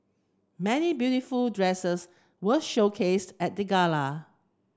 many beautiful dresses were showcase at the gala